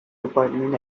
department